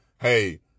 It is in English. hey